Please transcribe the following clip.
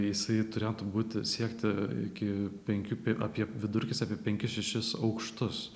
jisai turėtų būti siekti iki penkių apie vidurkis apie penkis šešis aukštus